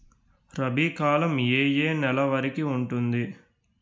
రబీ కాలం ఏ ఏ నెల వరికి ఉంటుంది?